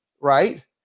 right